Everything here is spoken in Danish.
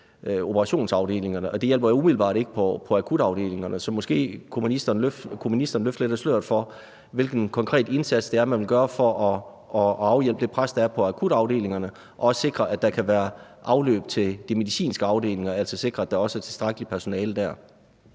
operationsafdelingerne, og det hjælper jo umiddelbart ikke på akutafdelingerne. Så måske kunne ministeren løfte lidt af sløret for, hvilken konkret indsats det er, man vil gøre for at afhjælpe det pres, der er på akutafdelingerne, og også sikre, at der kan være afløb til de medicinske afdelinger, altså sikre, at der også er tilstrækkeligt personale dér.